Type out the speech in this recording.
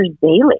daily